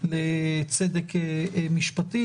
לצדק משפטי.